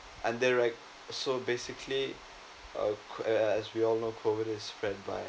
and then right so basically uh uh as we all know COVID is spread via